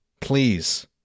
please